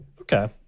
Okay